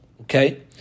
Okay